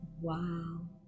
Wow